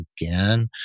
again